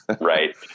Right